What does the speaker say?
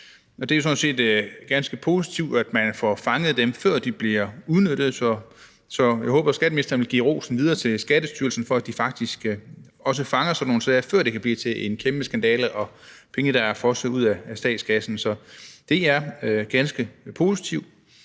set ganske positivt, at man får fanget det, før de bliver udnyttet, så jeg håber, at skatteministeren vil give rosen videre til Skattestyrelsen for, at de faktisk også fanger sådan nogle sager, før det kan blive til en kæmpe skandale og penge, der er fosset ud af statskassen. Så det er ganske positivt.